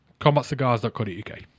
combatcigars.co.uk